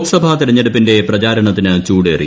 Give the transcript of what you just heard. ലോക്സഭാ തെരഞ്ഞെടുപ്പിന്റെ പ്രചാരണത്തിന് ചൂടേറി